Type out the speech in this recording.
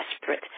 desperate